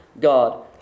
God